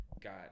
got